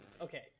okay